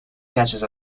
catches